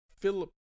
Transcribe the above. philip